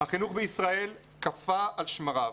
החינוך בישראל קפא על שמריו.